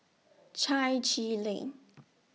Chai Chee Lane